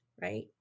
right